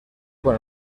con